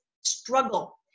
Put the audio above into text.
struggle